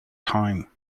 time